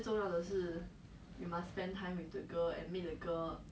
like 他给的不是你要的东西